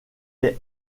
est